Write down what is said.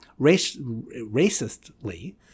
racistly